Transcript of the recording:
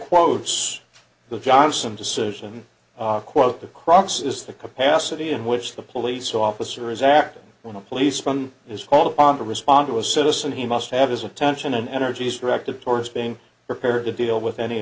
quotes the johnson decision quote the crux is the capacity in which the police officer is acting when the police from his fall upon to respond to a citizen he must have his attention and energies directed towards being prepared to deal with any